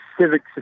civic